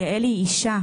יעלי היא אישה.